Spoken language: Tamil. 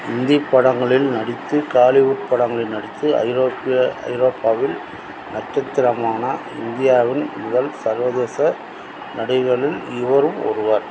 இந்திப் படங்களில் நடித்து ஹாலிவுட் படங்களில் நடித்து ஐரோப்பிய ஐரோப்பாவில் நட்சத்திரமான இந்தியாவின் முதல் சர்வதேச நடிகர்களில் இவரும் ஒருவர்